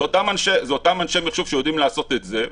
זה אותם אנשי מחשוב שיודעים לעשות את זה.